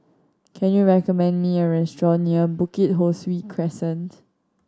can you recommend me a restaurant near Bukit Ho Swee Crescent